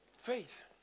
Faith